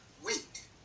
Wait